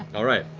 all right,